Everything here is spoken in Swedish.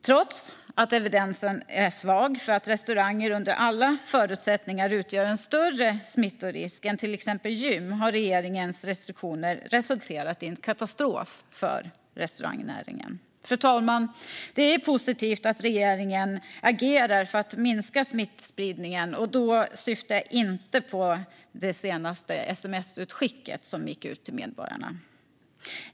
Trots att evidensen är svag för att restauranger utgör en större smittorisk än exempelvis gym har regeringens restriktioner för dessa varit hårdare och resulterat i en katastrof för restaurangnäringen. Fru talman! Det är positivt att regeringen agerar för att minska smittspridningen, och då syftar jag inte på det sms som gick ut till medborgarna.